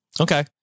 Okay